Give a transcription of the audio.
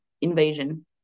invasion